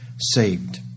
saved